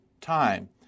time